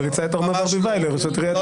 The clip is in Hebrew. המרחב של יישום המדיניות ולא קביעת